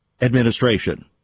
administration